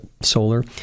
solar